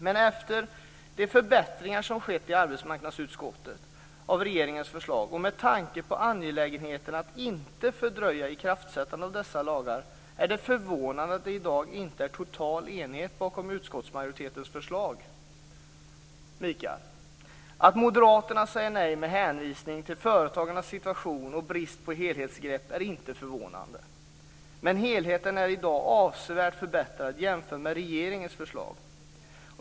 Men efter de förbättringar av regeringens förslag som skett i arbetsmarknadsutskottet, och med tanke på angelägenheten av att inte fördröja ikraftträdandet av dessa lagar, är det förvånande att det i dag inte är total enighet bakom utskottsmajoritetens förslag. Mikael! Att moderaterna säger nej med hänvisning till företagarnas situation och bristen på helhetsgrepp är inte förvånande. Men helheten är i dag avsevärt förbättrad jämfört med regeringens förslag.